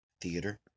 theater